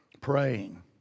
praying